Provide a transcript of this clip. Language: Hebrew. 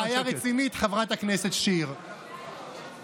חברת הכנסת מיכל שיר, קריאה שנייה.